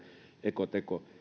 ekoteko